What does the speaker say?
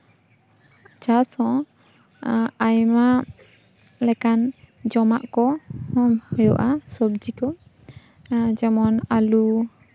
ᱪᱟᱥ ᱦᱚᱸ ᱟᱭᱢᱟ ᱞᱮᱠᱟᱱ ᱡᱚᱢᱟᱜ ᱠᱚ ᱦᱩᱭᱩᱜᱼᱟ ᱥᱚᱵᱡᱤ ᱠᱚ ᱡᱮᱢᱚᱱ ᱟᱞᱩ